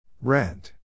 Rent